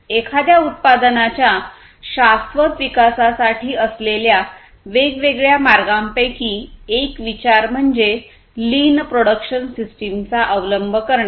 एखाद्या उत्पादनाच्या शास्वत विकासासाठी असलेल्या वेगवेगळ्या मार्गांपैकी एक विचार म्हणजे लीन प्रोडक्शन सिस्टीमचा अवलंब करणे